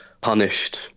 punished